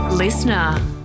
listener